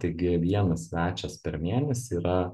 taigi vienas svečias per mėnesį yra